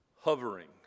hovering